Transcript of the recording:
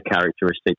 characteristics